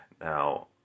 now